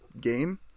game